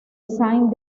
saint